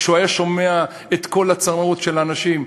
כשהוא היה שומע את כל הצרות של האנשים,